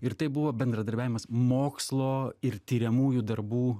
ir tai buvo bendradarbiavimas mokslo ir tiriamųjų darbų